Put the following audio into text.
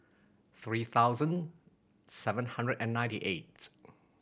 three thousand seven hundred and ninety eight